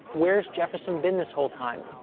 where's jefferson been this whole time?